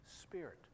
spirit